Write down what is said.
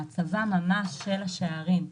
ההצבה ממש של השערים.